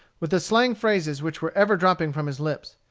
with the slang phrases which were ever dropping from his lips.